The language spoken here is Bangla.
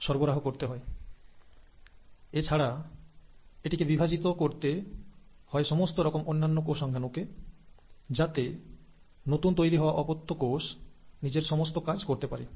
এটিকে অন্যান্য সমস্ত কোষ অঙ্গাণুগুলি বিভক্ত করতে হয় যাতে নতুন তৈরি হওয়া ডটার সেল তার সমস্ত কাজগুলি করতে পারে